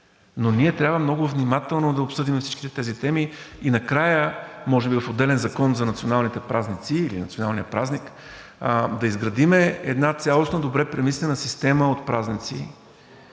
но ние трябва много внимателно да обсъдим всички тези теми. И накрая – може би в отделен закон за националните празници или националния празник, да изградим една цялостна добре премислена система от празници,